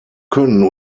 können